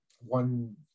one